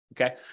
Okay